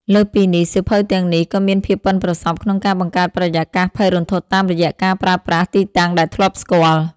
លើសពីនេះ សៀវភៅទាំងនេះក៏មានភាពប៉ិនប្រសប់ក្នុងការបង្កើតបរិយាកាសភ័យរន្ធត់តាមរយៈការប្រើប្រាស់ទីតាំងដែលធ្លាប់ស្គាល់។